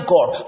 God